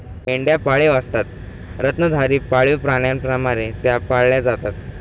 मेंढ्या पाळीव असतात स्तनधारी पाळीव प्राण्यांप्रमाणे त्या पाळल्या जातात